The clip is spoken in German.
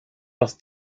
was